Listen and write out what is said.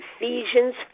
Ephesians